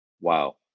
wow